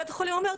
בית החולים אומר,